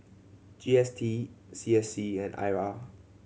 G S T C S C and I R